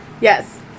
Yes